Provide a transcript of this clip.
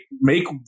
make